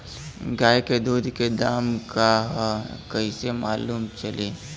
गाय के दूध के दाम का ह कइसे मालूम चली?